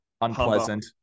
Unpleasant